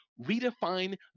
redefine